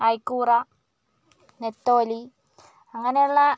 അയ്ക്കൂറ നത്തോലി അങ്ങനെയുള്ള